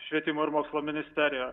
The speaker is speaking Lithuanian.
švietimo ir mokslo ministerijoje